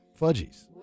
Fudgies